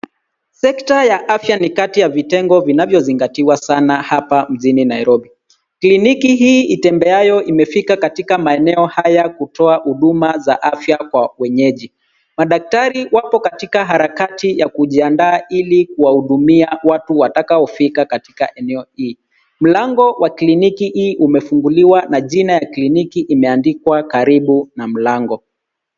Sekta ya afya ni kati ya vitengo vinavyozingatiwa sana hapa mjini Nairobi, kliniki hii itembeyayo imefika katika maeneo haya kutoa huduma za afya kwa wenyeji ,madaktari wapo katika harakati ya kujiandaa ili kuwahudumia watu watakaofika katika eneo hii ,mlango wa kliniki hii umefunguliwa na jina ya kliniki imeandikwa karibu na mlango.